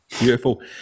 Beautiful